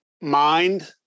mind